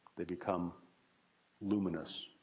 they become luminous.